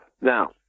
Now